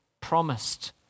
promised